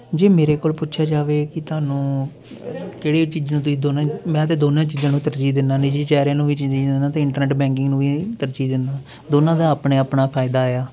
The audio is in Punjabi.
ਜੇ ਮੇਰੇ ਕੋਲ ਪੁੱਛਿਆ ਜਾਵੇ ਕਿ ਤੁਹਾਨੂੰ ਕਿਹੜੀ ਚੀਜ਼ਾਂ ਤੁਸੀਂ ਦੋਨੇ ਮੈਂ ਤੇ ਦੋਨਾਂ ਚੀਜ਼ਾਂ ਨੂੰ ਤਰਜੀਹ ਦਿੰਦਾ ਨਿੱਜੀ ਚਿਹਰੇ ਨੂੰ ਵੀ ਤਰਜੀਹ ਦਿੰਦਾ ਅਤੇ ਇੰਟਰਨੈਟ ਬੈਂਕਿੰਗ ਨੂੰ ਤਰਜੀਹ ਦਿੰਦਾ ਦੋਨਾਂ ਦਾ ਆਪਣੇ ਆਪਣਾ ਫ਼ਾਇਦਾ ਆ